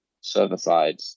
server-side